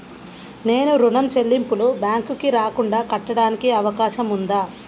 నేను ఋణం చెల్లింపులు బ్యాంకుకి రాకుండా కట్టడానికి అవకాశం ఉందా?